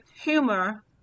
humor